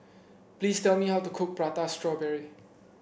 please tell me how to cook Prata Strawberry